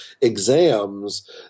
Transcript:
exams